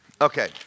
Okay